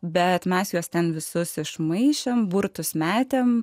bet mes juos ten visus išmaišėme burtus metėme